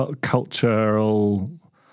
cultural